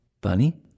Bunny